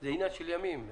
זה עניין של ימים.